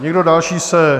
Nikdo další se...